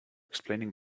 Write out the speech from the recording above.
explaining